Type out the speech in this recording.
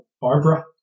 Barbara